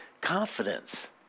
confidence